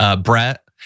Brett